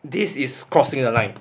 this is crossing the line